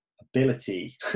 ability